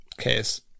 case